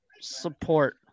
support